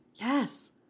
Yes